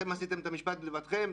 אתם עשיתם את המשפט לבדכם,